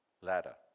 ladder